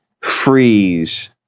freeze